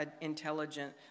intelligent